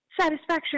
satisfaction